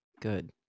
good